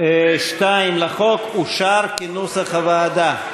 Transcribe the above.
2 לחוק אושר, כנוסח הוועדה.